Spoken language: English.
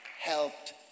helped